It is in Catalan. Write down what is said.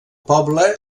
poble